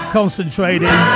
concentrating